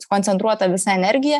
sukoncentruota visa energija